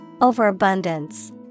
Overabundance